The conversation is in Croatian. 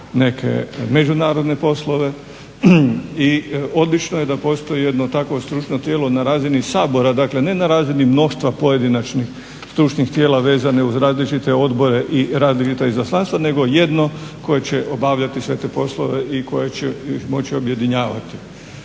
neke međunarodne poslove i odlično je da postoji jedno takvo stručno tijelo na razini Sabora, dakle ne na razini mnoštva pojedinačnih stručnih tijela vezane uz različite odbore i rad …/Ne razumije se./… izaslanstva nego jedno koje će obavljati sve te poslove i koje će još moći objedinjavati.